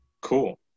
cool